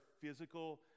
physical